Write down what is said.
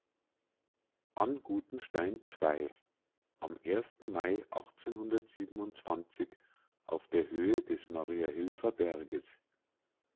an stein am mai auf der höhe des